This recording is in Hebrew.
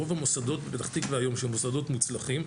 רוב המוסדות בפתח תקווה היום שהם מוסדות מוצלחים,